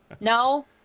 No